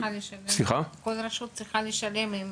כל רשות צריכה לשלם?